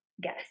guess